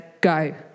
go